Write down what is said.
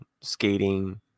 skating